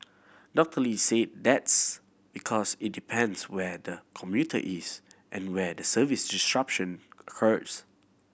Doctor Lee say that's because it depends where the commuter is and where the service disruption occurs